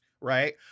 right